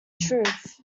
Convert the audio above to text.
truth